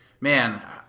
man